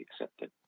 accepted